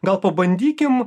gal pabandykim